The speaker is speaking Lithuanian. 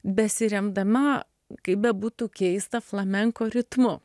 besiremdama kaip bebūtų keista flamenko ritmu